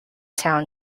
town